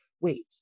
Wait